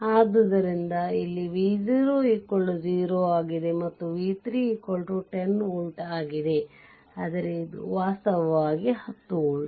ಆದ್ದರಿಂದ ಇಲ್ಲಿ v 0 0ಆಗಿದೆಮತ್ತು v 3 10 volt ಆಗಿದೆಆದರೆ ಇದು ವಾಸ್ತವವಾಗಿ 10 ವೋಲ್ಟ್